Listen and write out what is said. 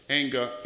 anger